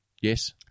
Yes